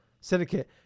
Syndicate